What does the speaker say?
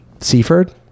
Seaford